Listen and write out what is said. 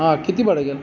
हा किती भाडं घेणार